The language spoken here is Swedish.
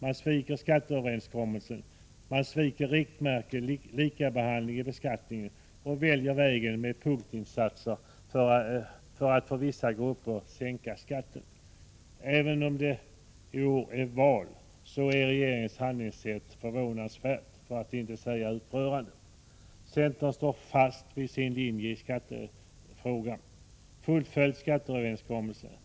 Man sviker skatteöverenskommelsen och överger riktmärket likabehandling i beskattningen. I stället väljer man vägen med punktinsatser för att för vissa grupper sänka skatten. Även om det i år är val, är regeringens handlingssätt förvånansvärt, för att inte säga upprörande. Centern står fast vid sin linje i skattefrågan. Fullfölj skatteöverenskommelsen!